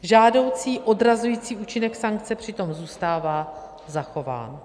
Žádoucí odrazující účinek sankce přitom zůstává zachován.